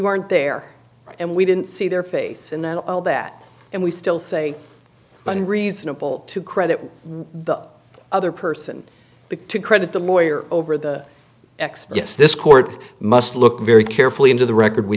weren't there and we didn't see their face in that all that and we still say but in reasonable to credit the other person to credit the lawyer over the x yes this court must look very carefully into the record we